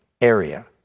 Area